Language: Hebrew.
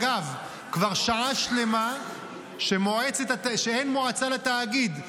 אגב, כבר שעה שלמה שאין מועצה לתאגיד.